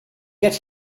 get